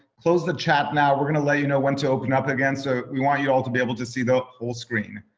close the chat now we're gonna let you know when to open up again. so we want y'all to be able able to see the whole screen.